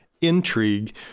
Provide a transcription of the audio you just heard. intrigue